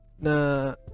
na